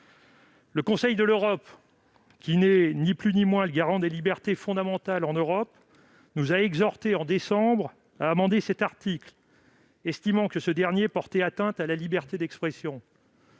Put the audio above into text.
Le Conseil de l'Europe, qui est, ni plus ni moins, le garant des libertés fondamentales en Europe, nous a exhortés, en décembre dernier, à amender cet article, estimant qu'il portait atteinte à la liberté d'expression.